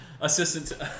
Assistant